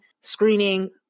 screening